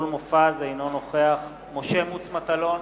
אינו נוכח משה מטלון,